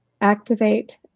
activate